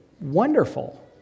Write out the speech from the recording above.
wonderful